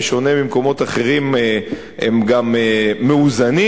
ובשונה ממקומות אחרים הם גם מאוזנים,